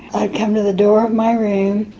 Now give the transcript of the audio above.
i'd come to the door of my room,